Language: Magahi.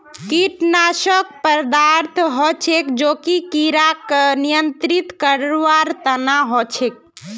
कीटनाशक पदार्थ हछेक जो कि किड़ाक नियंत्रित करवार तना हछेक